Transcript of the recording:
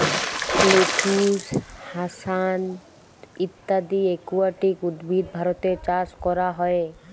lettuce, hyacinth ইত্যদি aquatic উদ্ভিদ ভারতে চাস ক্যরা হ্যয়ে